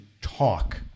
talk